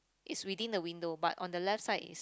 is within the window but on the left side is